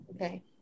okay